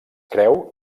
creu